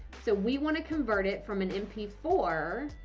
so we want to convert it from an m p four.